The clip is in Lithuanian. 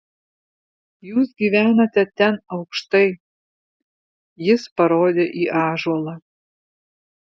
jūs gyvenate ten aukštai jis parodė į ąžuolą